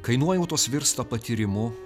kai nuojautos virsta patyrimu